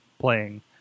playing